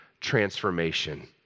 transformation